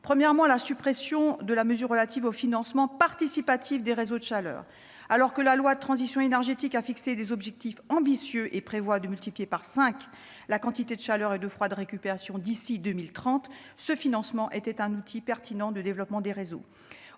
d'abord à la suppression de la mesure relative au financement participatif des réseaux de chaleur. Alors que la loi relative à la transition énergétique pour la croissance verte a fixé des objectifs ambitieux et prévoit de multiplier par cinq la quantité de chaleur et de froid de récupération d'ici à 2030, ce financement était un outil pertinent de développement des réseaux.